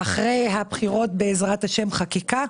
אחרי הבחירות חקיקה,